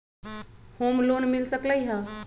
Home loan मिल सकलइ ह?